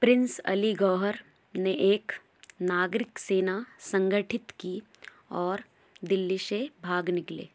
Prince Ali Gauhar ने एक नागरिक सेना संगठित की और दिल्ली से भाग निकले